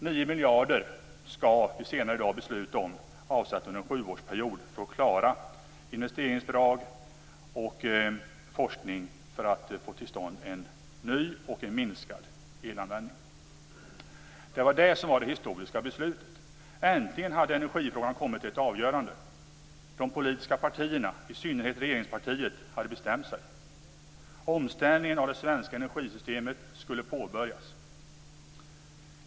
9 miljarder, som vi senare i dag skall besluta om, skall avsättas under en sjuårsperiod för att klara investeringsbidrag och forskning för att få till stånd en ny och minskad elanvändning. Detta var det historiska beslutet. Äntligen hade energifrågan kommit till ett avgörande! De politiska partierna, i synnerhet regeringspartiet, hade bestämt sig. Omställningen av det svenska energisystemet skulle påbörjas.